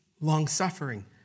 long-suffering